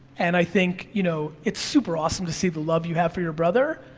and i think you know it's super awesome to see the love you have for your brother,